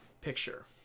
picture